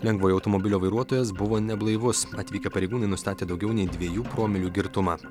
lengvojo automobilio vairuotojas buvo neblaivus atvykę pareigūnai nustatė daugiau nei dviejų promilių girtumą